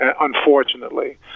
unfortunately